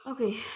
Okay